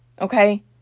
Okay